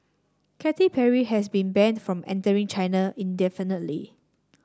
Katy Perry has been banned from entering China indefinitely